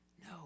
No